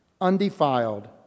undefiled